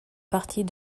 partie